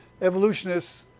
evolutionists